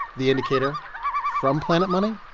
the indicator from planet money?